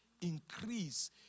increase